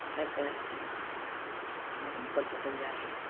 वएहसँ ई लोक निपल पोतल जाइ हइ